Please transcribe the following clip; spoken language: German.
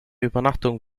übernachtung